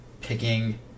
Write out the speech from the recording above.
picking